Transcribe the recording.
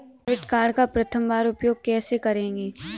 Debit card का प्रथम बार उपयोग कैसे करेंगे?